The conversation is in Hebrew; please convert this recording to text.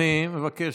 אני מבקש,